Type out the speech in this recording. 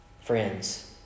friends